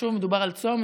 שוב, מדובר על צום.